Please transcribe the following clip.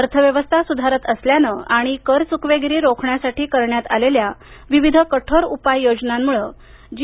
अर्थव्यवस्था सुधारत असल्यानं आणि करचुकवेगिरी रोखण्यासाठी करण्यात आलेल्या विविध कठोर उपाययोजनांमुळं जी